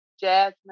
Jasmine